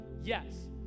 yes